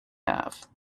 have